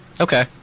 okay